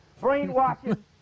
brainwashing